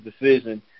decision